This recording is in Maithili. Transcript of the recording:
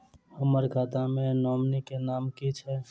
हम्मर खाता मे नॉमनी केँ नाम की छैय